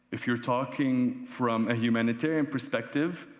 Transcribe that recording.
if you're talking from a humanitarian perspective,